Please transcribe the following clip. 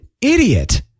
idiot